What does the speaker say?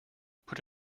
put